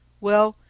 well,